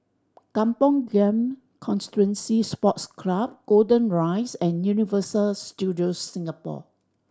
Kampong Glam Constituency Sports Club Golden Rise and Universal Studios Singapore